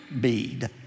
bead